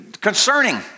concerning